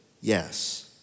yes